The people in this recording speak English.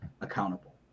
accountable